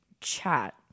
chat